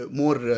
more